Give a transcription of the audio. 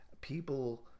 people